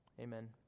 Amen